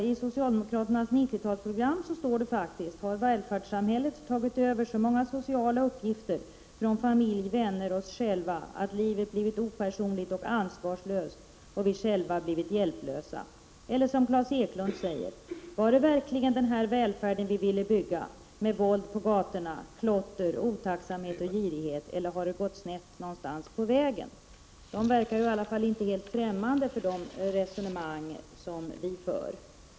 I socialdemokraternas 90-talsprogram står följande: ”Har välfärdssamhället tagit över så många sociala uppgifter från familj, vänner och oss själva att livet blir opersonligt och ansvarslöst och vi själva blivit hjälplösa?” Claes Eklundh har sagt följande: ”Var det verkligen den här välfärden vi ville bygga, med våld på gatorna, klotter, otacksamhet och girighet eller har det gått snett någonstans på vägen?” De verkar i varje fall inte helt ffträmmande för de resonemang som vi för.